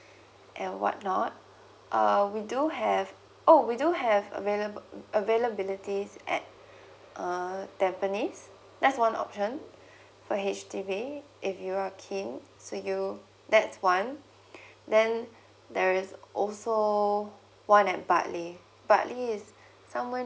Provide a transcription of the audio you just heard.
and what not err we do have oh we do have available availabilities at uh tampines that's one option for H_D_B if you are keen so you that's one then there is also one at bartley bartley is somewhere